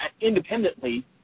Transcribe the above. independently